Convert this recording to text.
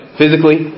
physically